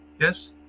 yes